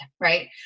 right